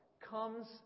comes